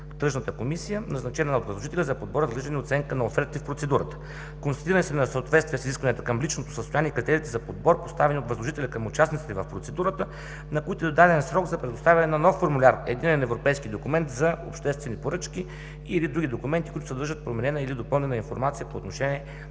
Тръжната комисия, назначена от възложителя, за подбор, разглеждане и оценка на оферти в процедурата. Констатирани са несъответствия с изискванията към личното състояние, критериите за подбор, поставени от възложителя към участниците в процедурата, на които е даден срок за предоставяне на нов формуляр – „Единен европейски документ за обществени поръчки“ или други документи, които съдържат променена или допълнена информация по отношение